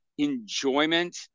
enjoyment